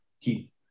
Keith